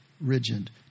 rigid